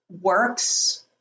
works